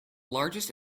largest